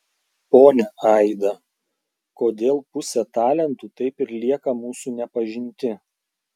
ponia aida kodėl pusė talentų taip ir lieka mūsų nepažinti